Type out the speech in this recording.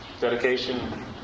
dedication